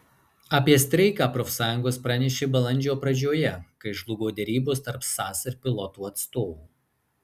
apie streiką profsąjungos pranešė balandžio pradžioje kai žlugo derybos tarp sas ir pilotų atstovų